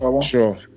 Sure